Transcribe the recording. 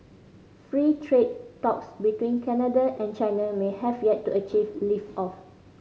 free trade talks between Canada and China may have yet to achieve lift off